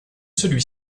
celui